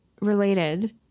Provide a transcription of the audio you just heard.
related